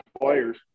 players